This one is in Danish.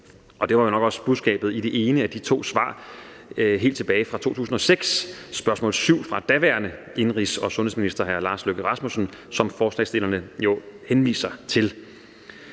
og det var nok også budskabet i det ene af de to svar helt tilbage fra 2006 på spørgsmål 7 fra daværende indenrigs- og sundhedsminister, hr. Lars Løkke Rasmussen, som forslagsstillerne jo henviser til.